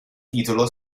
titolo